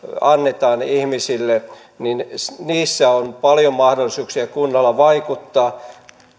annetaan ihmisille niissä on paljon mahdollisuuksia kunnalla vaikuttaa